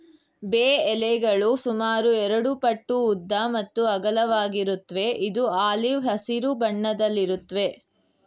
ಬೇ ಎಲೆಗಳು ಸುಮಾರು ಎರಡುಪಟ್ಟು ಉದ್ದ ಮತ್ತು ಅಗಲವಾಗಿರುತ್ವೆ ಇದು ಆಲಿವ್ ಹಸಿರು ಬಣ್ಣದಲ್ಲಿರುತ್ವೆ